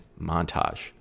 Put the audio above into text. Montage